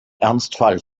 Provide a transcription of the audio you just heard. ernstfall